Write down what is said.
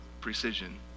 Precision